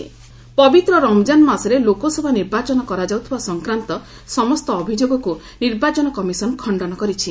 ECI Ramadan ପବିତ୍ର ରମଜାନ ମାସରେ ଲୋକସଭା ନିର୍ବାଚନ କରାଯାଉଥିବା ସଂକ୍ରାନ୍ତ ସମସ୍ତ ଅଭିଯୋଗକୁ ନିର୍ବାଚନ କମିଶନ୍ ଖଶ୍ଡନ କରିଛି